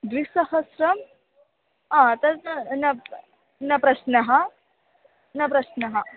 द्विसहस्रं तद् न न प्रश्नः न प्रश्नः